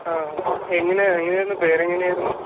ആ എങ്ങനെ എങ്ങനെ ആയിരുന്നു പേര് എങ്ങനെ ആയിരുന്നു